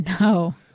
No